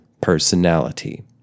personality